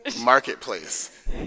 Marketplace